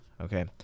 okay